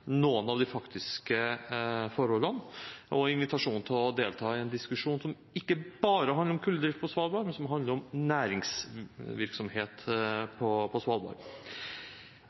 noen av de faktiske forholdene og for invitasjonen til å delta i en diskusjon som ikke bare handler om kulldrift på Svalbard, men som også handler om næringsvirksomhet på Svalbard.